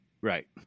right